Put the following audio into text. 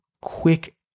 quick